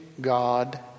God